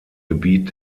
gebiet